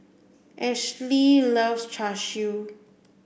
Ashli loves Char Siu